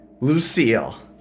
Lucille